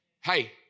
Hey